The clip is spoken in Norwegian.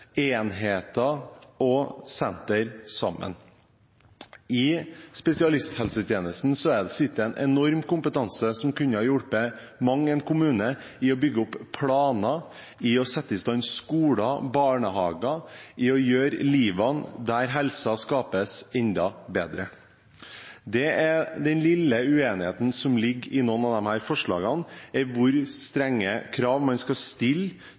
enheter og sentre sammen. I spesialisthelsetjenesten er det en enorm kompetanse som kunne hjulpet mang en kommune med å lage planer, sette i stand skoler og barnehager og gjøre livet – der helse skapes – enda bedre. Den lille uenigheten som ligger i noen av disse forslagene, dreier seg om hvor strenge krav man skal stille